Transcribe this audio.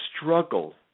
struggle